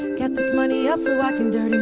get this money out so i can